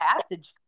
passage